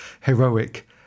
heroic